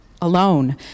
alone